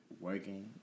working